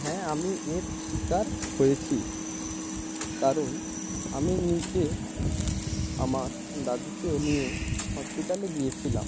হ্যাঁ আমি এর শিকার হয়েছি কারণ আমি নিজে আমার দাদুকে নিয়ে হসপিটালে গিয়েছিলাম